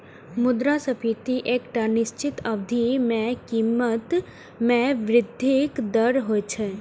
मुद्रास्फीति एकटा निश्चित अवधि मे कीमत मे वृद्धिक दर होइ छै